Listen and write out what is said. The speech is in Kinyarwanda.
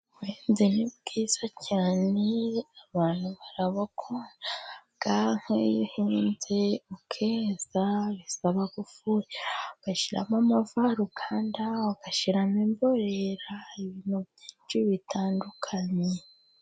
Ubuhinzi ni bwiza cyane abantu barabukunda, nk'iyo uhinze ukeza bisaba gufuhira, ugashyiramo imvaruganda, ugashyiramo imborera, ibintu byinshi bitandukanye.